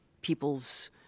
people's